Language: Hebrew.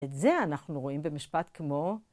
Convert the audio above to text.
את זה אנחנו רואים במשפט כמו...